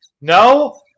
no